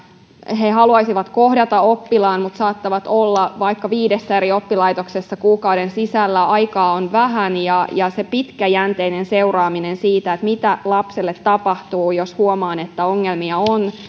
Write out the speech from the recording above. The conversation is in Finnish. he haluaisivat kohdata oppilaan mutta saattavat olla vaikka viidessä eri oppilaitoksessa kuukauden sisällä aikaa on vähän ja ja sen pitkäjänteinen seuraaminen mitä lapselle tapahtuu jos huomaan että ongelmia on